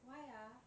why ah